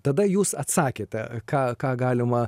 tada jūs atsakėte ką ką galima